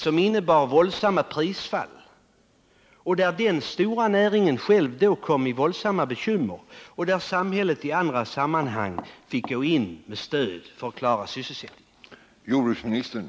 Det innebar våldsamma prisfall och utomordentligt stora bekymmer för hela denna stora näring, vilket slutligen ledde till att samhället fick gå in med stöd i olika sammanhang för att klara sysselsättningen på de orter som berördes.